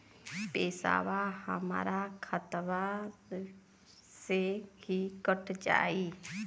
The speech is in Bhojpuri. पेसावा हमरा खतवे से ही कट जाई?